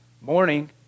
morning